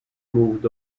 moved